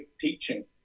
teaching